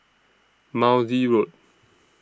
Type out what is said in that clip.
Maude Road